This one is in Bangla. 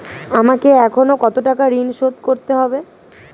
আমাকে এখনো কত টাকা ঋণ শোধ করতে হবে?